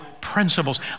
principles